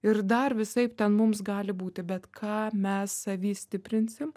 ir dar visaip ten mums gali būti bet ką mes savy stiprinsim